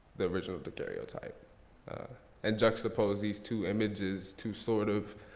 the original daguerreotype and juxtaposed these two images to sort of